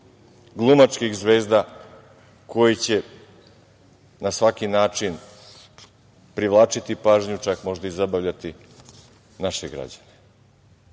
glumačkih zvezda koji će na svaki način privlačiti pažnju, čak možda i zabavljati naše građane.